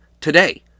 today